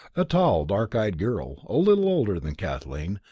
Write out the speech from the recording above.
a tall, dark-eyed girl, a little older than kathleen,